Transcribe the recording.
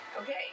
Okay